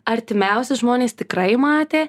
artimiausi žmonės tikrai matė